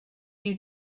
you